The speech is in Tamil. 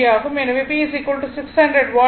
எனவே P 600 வாட்